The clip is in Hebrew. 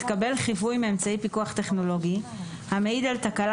התקבל חיווי מאמצעי פיקוח טכנולוגי המעיד על תקלה